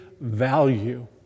value